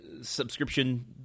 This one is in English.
subscription